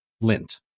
lint